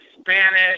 Spanish